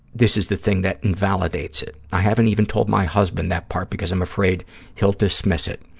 this is the thing that invalidates it. i haven't even told my husband that part because i'm afraid he'll dismiss it.